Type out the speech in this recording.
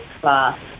class